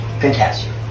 Fantastic